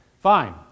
fine